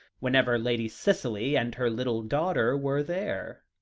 whenever lady cicely and her little daughter were there.